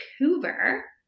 Vancouver